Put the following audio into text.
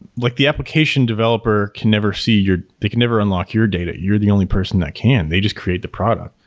like the application developer can never see your they can never unlock your data. you're the only person that can. they just create the product.